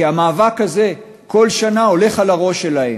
כי המאבק הזה כל שנה הולך על הראש שלהם.